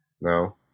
No